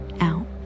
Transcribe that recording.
out